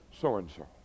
So-and-so